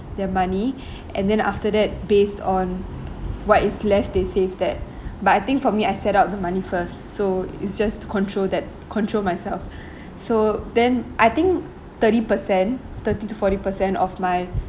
their money and then after that based on what is left they save that but I think for me I set up the money first so it's just to control that control myself so then I think thirty percent thirty to forty percent of my